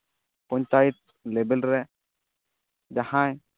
ᱯᱚᱧᱪᱟᱭᱮᱛ ᱞᱮᱵᱮᱞ ᱨᱮ ᱡᱟᱦᱟᱸᱭ